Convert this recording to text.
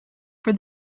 for